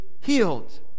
healed